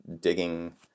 digging